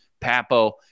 Papo